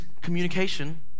communication